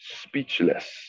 speechless